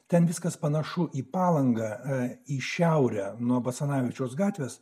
ten viskas panašu į palangą į šiaurę nuo basanavičiaus gatvės